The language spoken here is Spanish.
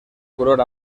color